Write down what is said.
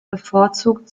bevorzugte